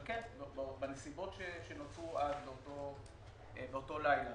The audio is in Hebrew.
אבל כן, בנסיבות שנוצרו אז, באותו לילה,